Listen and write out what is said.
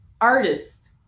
artist